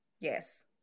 Yes